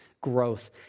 growth